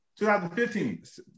2015